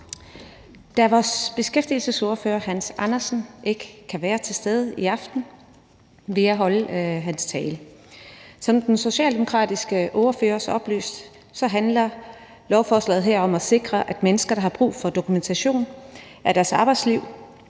Da vores beskæftigelsesordfører, Hans Andersen, ikke kan være til stede i aften, vil jeg holde hans tale. Som den socialdemokratiske ordfører oplyste, handler lovforslaget her om at sikre, at mennesker, der har brug for dokumentation for deres arbejdsliv,